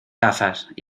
gafas